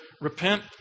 repent